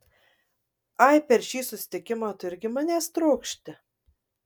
ai per šį susitikimą tu irgi manęs trokšti